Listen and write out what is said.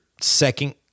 second